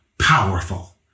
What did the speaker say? powerful